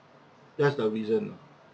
that's the reason